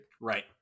Right